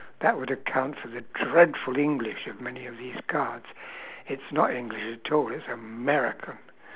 that would account for the dreadful english of many of these cards it's not english at all it's america